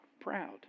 proud